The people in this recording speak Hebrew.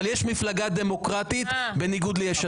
אבל יש מפלגה דמוקרטית, בניגוד ליש עתיד.